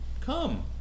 Come